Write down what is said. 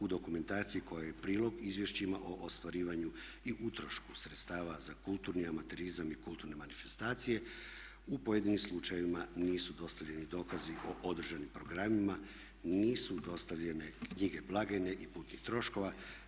U dokumentaciji koja je prilog izvješćima o ostvarivanju i utrošku sredstava za kulturni amaterizam i kulturne manifestacije u pojedinim slučajevima nisu dostavljeni dokazi o održanim programima, nisu dostavljene knjige blagajne i putnih troškova.